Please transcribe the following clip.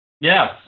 Yes